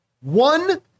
one